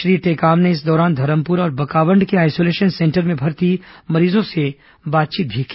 श्री टेकाम ने इस दौरान धरमपुरा और बकावंड के आइसोलेशन सेंटर में भर्ती मरीजों से बातचीत भी की